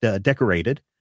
decorated